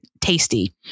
Tasty